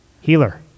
healer